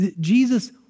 Jesus